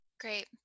Great